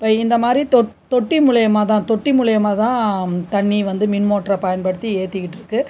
இப்போ இந்த மாதிரி தொட் தொட்டி முலியமா தான் தொட்டி முலியமா தான் தண்ணி வந்து மின் மோட்டர் பயன்படுத்தி எற்றிக்கிட்டு இருக்குது